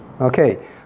Okay